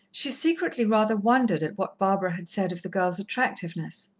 she secretly rather wondered at what barbara had said of the girl's attractiveness.